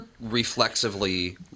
reflexively